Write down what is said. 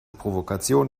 provokation